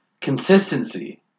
consistency